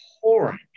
pouring